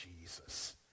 Jesus